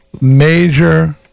major